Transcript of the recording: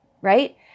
right